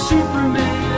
Superman